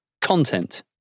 content